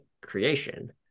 creation